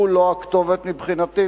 הוא לא הכתובת מבחינתי.